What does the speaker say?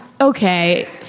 Okay